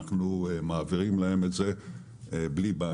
אנחנו מעבירים להם את זה בלי בעיה.